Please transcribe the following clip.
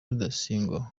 rudasingwa